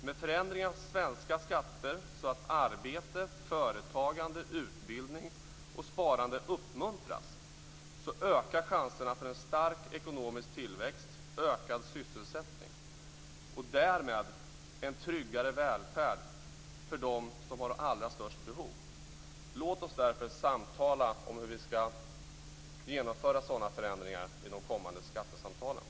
Med förändringar av svenska skatter, så att arbete, företagande, utbildning och sparande uppmuntras, ökar chanserna för en stark ekonomisk tillväxt och ökad sysselsättning, och därmed för en tryggare välfärd för dem som har de allra största behoven. Låt oss därför samtala om hur vi i de kommande skattesamtalen skall genomföra sådana förändringar!